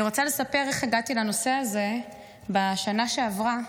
אני רוצה לספר איך הגעתי לנושא הזה בשנה שעברה,